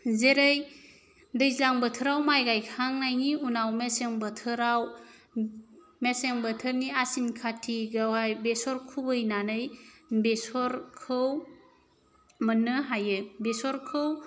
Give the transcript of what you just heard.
जेरै दैज्लां बोथोराव माइ गायखांनायनि उनाव मेसें बोथोराव मेसें बोथोरनि आसिन खाथिगावहाय बेसर खुबैनानै बेसरखौ मोननो हायो बेसरखौ